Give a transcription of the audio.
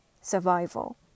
survival